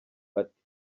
ati